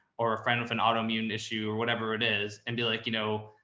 or a friend with an auto-immune issue or whatever it is, and be like, you know,